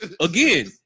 Again